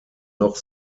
noch